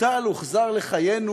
בוטל והוחזר לחיינו,